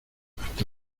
hasta